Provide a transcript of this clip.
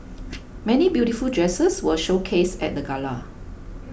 many beautiful dresses were showcased at the gala